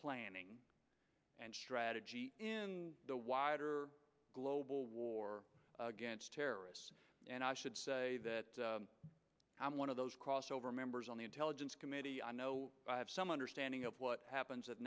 planning and strategy the wider global war against terrorists and i should say that i'm one of those crossover members on the intelligence committee i know i have some understanding of what happens at